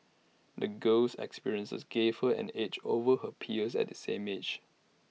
the girl's experiences gave her an edge over her peers at the same age